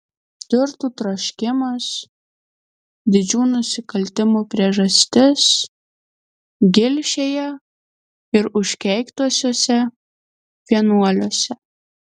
turtų troškimas didžių nusikaltimų priežastis gilšėje ir užkeiktuosiuose vienuoliuose